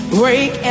break